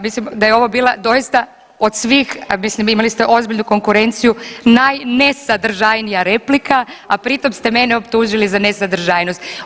Mislim da je ovo bila doista od svih, mislim imali ste ozbiljnu konkurenciju najnesadržanija replika, a pritom ste mene optužili za nesadržajnost.